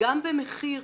גם במחיר